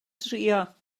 trio